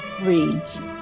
Reads